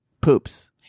poops